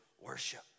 worship